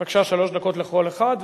בבקשה, שלוש דקות לכל אחד.